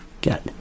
get